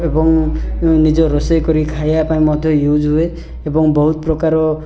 ଏବଂ ନିଜ ରୋଷେଇ କରି ଖାଇବା ପାଇଁ ମଧ୍ୟ ୟୁଜ୍ ହୁଏ ଏବଂ ବହୁତ ପ୍ରକାର